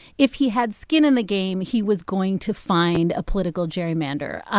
if he had skin in the game, he was going to find a political gerrymander.